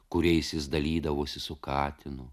kuriais jis dalydavosi su katinu